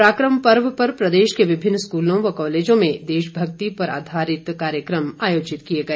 पराक्रम पर्व पर प्रदेश के विभिन्न स्कूलों व कॉलेजों में देशभक्ति पर आधारित कार्यक्रम आयोजित किए गए